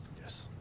yes